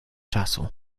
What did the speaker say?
czasu